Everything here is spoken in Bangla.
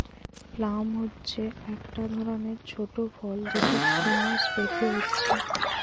প্লাম হচ্ছে একটা ধরণের ছোট ফল যেটা প্রুনস পেকে হচ্ছে